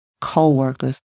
co-workers